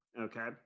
Okay